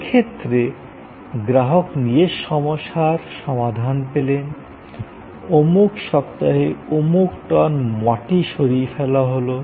এক্ষেত্রে গ্রাহক নিজের সমস্যার সমাধান পেলেন অমুক সপ্তাহে অমুক টন মাটি সরিয়ে ফেলা হলো